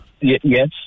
Yes